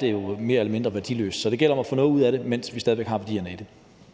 det jo så mere eller mindre er værdiløst. Så det gælder om at få noget ud af det, mens vi stadig væk har værdierne i det.